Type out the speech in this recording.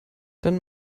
dann